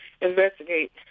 investigate